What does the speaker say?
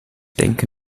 denke